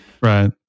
right